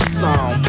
song